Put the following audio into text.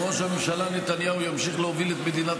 וראש הממשלה נתניהו ימשיך להוביל את מדינת